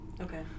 Okay